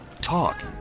Talk